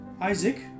Isaac